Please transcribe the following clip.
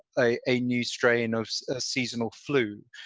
a a new strain of a seasonal flu.